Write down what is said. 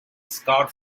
scar